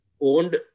owned